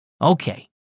Okay